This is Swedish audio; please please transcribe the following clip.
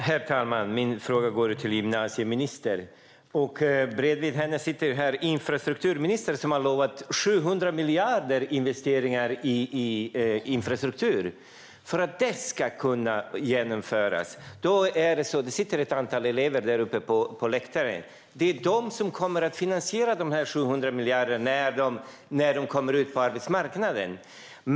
Herr talman! Min fråga går till gymnasieministern. Bredvid henne sitter infrastrukturministern som har lovat 700 miljarder i investeringar i infrastrukturen. Det sitter ett antal elever på åhörarläktaren. Det är de som kommer att finansiera de 700 miljarderna när de kommer ut på arbetsmarknaden.